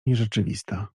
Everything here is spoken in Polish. nierzeczywista